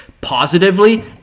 positively